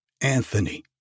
Anthony